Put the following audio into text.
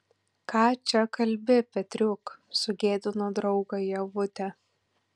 ką čia kalbi petriuk sugėdino draugą ievutė